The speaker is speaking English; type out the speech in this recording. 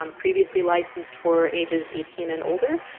um previously licensed for ages eighteen and older,